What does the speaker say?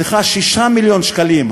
סליחה: 6 מיליון שקלים,